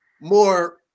more